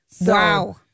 Wow